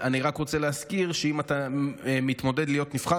אני רק רוצה להזכיר שאם אתה מתמודד להיות נבחר ציבור,